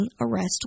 arrest